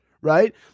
Right